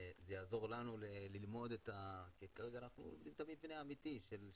זה יעזור לנו ללמוד את המבנה האמיתי.